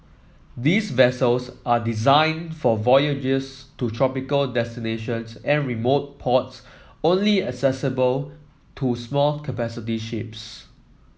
these vessels are designed for voyages to tropical destinations and remote ports only accessible to small capacity ships